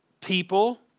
people